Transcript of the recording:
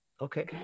Okay